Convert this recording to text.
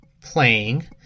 playing